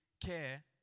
care